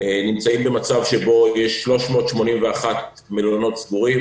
נמצאים במצב שבו יש 381 מלונות סגורים